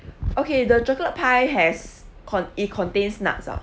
okay the chocolate pie has con~ it contains nuts uh